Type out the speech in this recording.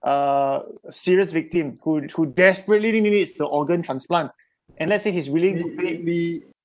a serious victim who who desperately needs the organ transplant and let's say he's willing to pay